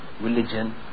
religion